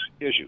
issue